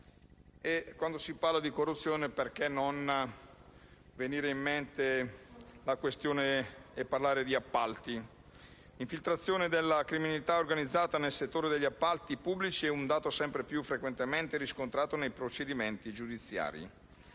e quando si parla di corruzione non si può non richiamare la questione degli appalti. L'infiltrazione della criminalità organizzata nel settore degli appalti pubblici è un dato sempre più frequentemente riscontrato nei procedimenti giudiziari.